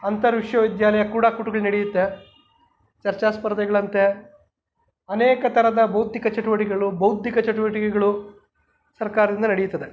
ಅಂತರ ವಿಶ್ವವಿದ್ಯಾಲಯ ಕೂಡ ಕೂಟುಗ್ಳು ನಡೆಯುತ್ತೆ ಚರ್ಚಾ ಸ್ಪರ್ಧೆಗಳಂತೆ ಅನೇಕ ಥರದ ಭೌತಿಕ ಚಟುವಟಿಕೆಗಳು ಬೌದ್ಧಿಕ ಚಟುವಟಿಕೆಗಳು ಸರ್ಕಾರದಿಂದ ನಡೆಯುತ್ತದೆ